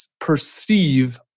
perceive